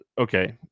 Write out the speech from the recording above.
okay